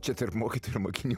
čia tarp mokytojų ir mokinių